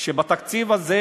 שבתקציב הזה,